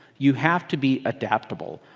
you have to be adaptable.